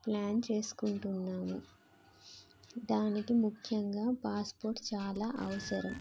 plan చేసుకుంటున్నాము దానికి ముఖ్యంగా పాస్పోర్ట్ చాలా అవసరం